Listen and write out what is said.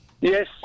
Yes